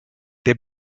der